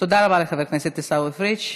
תודה רבה לחבר הכנסת עיסאווי פריג'.